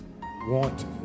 want